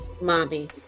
Mommy